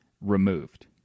removed